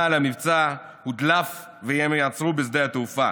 על המבצע הודלף והם ייעצרו בשדה התעופה,